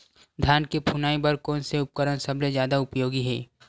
धान के फुनाई बर कोन से उपकरण सबले जादा उपयोगी हे?